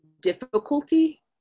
difficulty